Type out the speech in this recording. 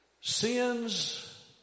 Sins